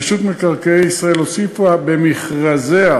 רשות מקרקעי ישראל הוסיפה במכרזיה,